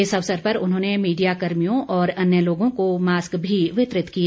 इस अवसर पर उन्होंने मीडिया कर्मियों और अन्य लोगों को मास्क भी वितरित किए